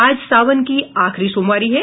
आज सावन की आखिरी सोमवारी है